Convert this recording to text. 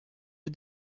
you